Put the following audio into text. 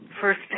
first